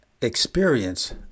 experience